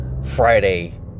Friday